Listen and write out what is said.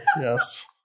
Yes